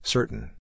Certain